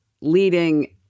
leading